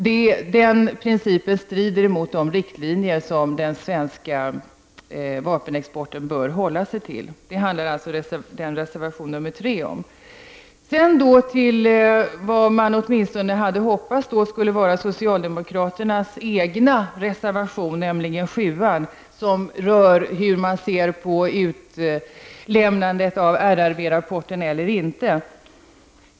Den princip som tillämpas i dessa avtal strider mot de riktlinjer som den svenska vapenexporten bör hålla sig till. Detta är alltså vad reservation nr 3 handlar om. Sedan till socialdemokraternas egen reservation, nämligen reservation nr 7. Den berör frågan om huruvida man skall lämna ut RRV-rapporten eller inte.